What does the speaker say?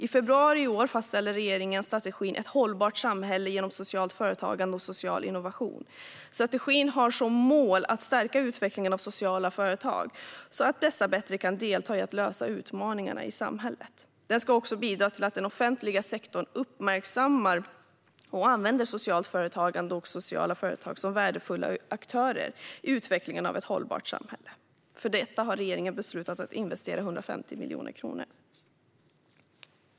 I februari fastställde regeringen strategin Ett hållbart samhälle genom socialt företagande och social innovation. Strategin har som mål att stärka utvecklingen av sociala företag så att dessa bättre kan delta i att lösa utmaningar i samhället. Den ska också bidra till att den offentliga sektorn uppmärksammar och använder socialt företagande och sociala företag som värdefulla aktörer i utvecklingen av ett hållbart samhälle. För detta har regeringen beslutat att investera 150 miljoner kronor.